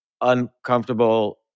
uncomfortable